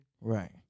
right